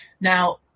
Now